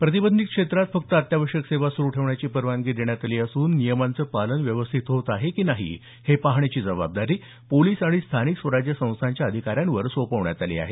प्रतिबंधित क्षेत्रात फक्त अत्यावश्यक सेवाच सुरु ठेवण्याची परवानगी देण्यात आली असून नियमांचं पालन व्यवस्थित होत आहे की नाही हे पाहण्याची जबाबदारी पोलिस आणि स्थानिक स्वराज्य संस्थांच्या अधिकाऱ्यांवर सोपवण्यात आली आहे